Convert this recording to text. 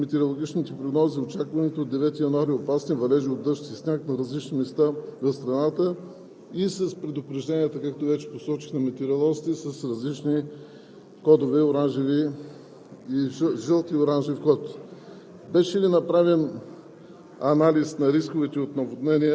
разполагаше ли МОСВ достатъчно рано с метеорологичните прогнози и очакваните от 9 януари опасни валежи от дъжд и сняг по различни места на страната и с предупреждението, както вече посочиха метеоролозите, с различни кодове – жълт и оранжев? Беше